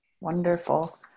wonderful